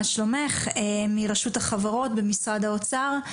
מרשות החברות במשרד האוצר.